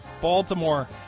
Baltimore